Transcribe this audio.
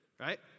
Right